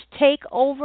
Takeover